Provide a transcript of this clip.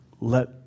Let